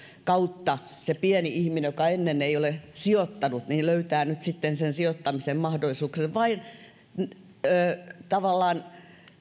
kautta se pieni ihminen joka ennen ei ole sijoittanut löytää nyt sitten sen sijoittamisen mahdollisuuden vaan tavallaan